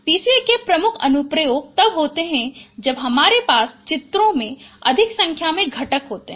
PCA के प्रमुख अनुप्रयोग तब होते हैं जब हमारे पास चित्रों में अधिक संख्या में घटक होते हैं